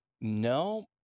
No